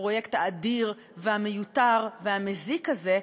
בפרויקט האדיר והמיותר והמזיק הזה,